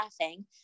laughing